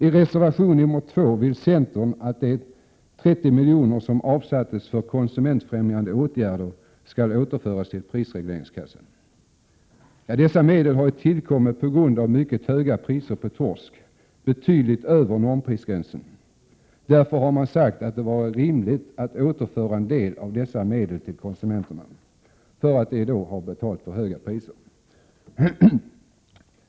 I reservation 2 vill centern att de 30 miljoner som avsattes för konsumentfrämjande åtgärder skall återföras till prisregleringskassan. Dessa medel har ju tillkommit på grund av mycket höga priser på torsk, betydligt över normprisgränsen. Därför har man sagt det vara rimligt att återföra en del av dessa medel till konsumenterna, eftersom de betalat för höga priser.